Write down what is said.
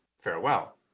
farewell